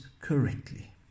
correctly